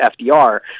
FDR